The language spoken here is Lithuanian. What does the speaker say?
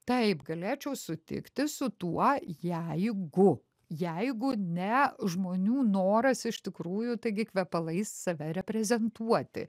taip galėčiau sutikti su tuo jeigu jeigu ne žmonių noras iš tikrųjų taigi kvepalais save reprezentuoti